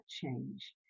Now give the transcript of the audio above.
change